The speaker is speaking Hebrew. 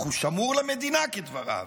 "אך הוא שמור למדינה", כדבריו.